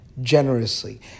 generously